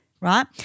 Right